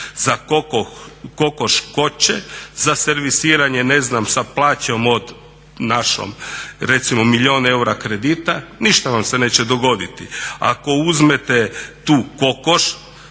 Za kokoš hoće, za servisiranje ne znam sa plaćom od našom recimo milijun eura kredita ništa vam se neće dogoditi. Ako uzmete tu kokoš